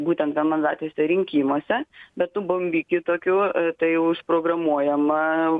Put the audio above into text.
būtent vienmandatėse rinkimuose bet tų bombikių tokių tai užprogramuojama